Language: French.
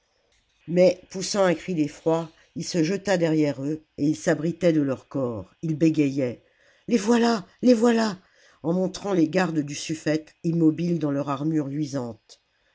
mais poussant un cri d'effroi il se jeta derrière eux et il s'abritait de leurs corps il bégayait les voilà les voilà en montrant les gardes du sufïete immobiles dans leurs armures luisantes